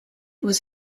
was